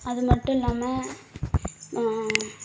அது மட்டும் இல்லாமல்